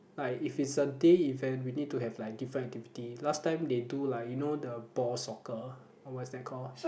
like if it's a day event we need to have like different activity last time they do like you know the ball soccer or what is that call